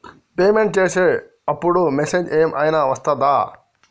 Payment చేసే అప్పుడు message ఏం ఐనా వస్తదా?